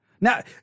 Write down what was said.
Now